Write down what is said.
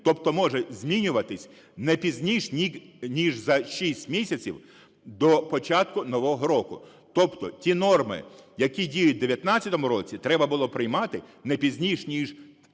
тобто може змінюватися не пізніше ніж за 6 місяців до початку нового року. Тобто ті норми, які діють в 19-му році, треба було приймати не пізніше ніж